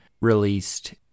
released